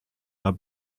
are